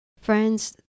Friends